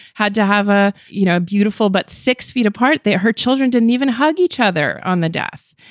had to have a, you know, beautiful but six feet apart that her children didn't even hug each other on the death.